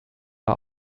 war